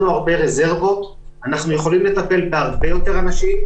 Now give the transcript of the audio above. אני יכולה להביא לכם את ההגדרה.